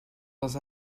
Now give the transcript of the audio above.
dans